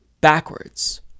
backwards